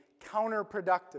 counterproductive